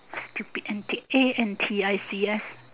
stupid antic A N T I C S